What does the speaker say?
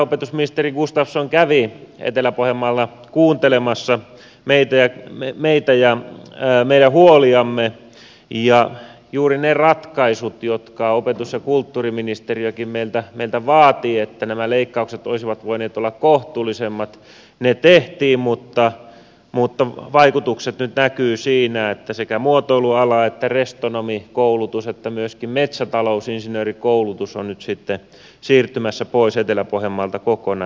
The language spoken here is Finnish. opetusministeri gustafsson kävi etelä pohjanmaalla kuuntelemassa meitä ja meidän huoliamme ja juuri ne ratkaisut jotka opetus ja kulttuuriministeriökin meiltä vaati että nämä leikkaukset olisivat voineet olla kohtuullisemmat tehtiin mutta vaikutukset nyt näkyvät siinä että sekä muotoiluala että restonomikoulutus että myöskin metsätalousinsinöörikoulutus on nyt siirtymässä pois etelä pohjanmaalta kokonaan